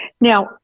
Now